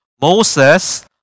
Moses